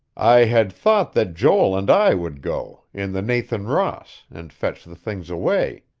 i had thought that joel and i would go, in the nathan ross, and fetch the things away,